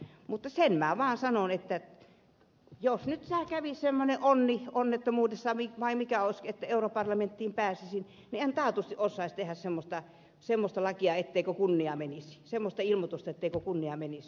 mutta sen minä vaan sanon että jos nyt kävisi semmoinen onni onnettomuudessa vai mikä se olisi että europarlamenttiin pääsisin niin en taatusti osaisi tehdä semmosta semmosta lakia ettei kunnian mies semmoista ilmoitusta etteikö kunnia menisi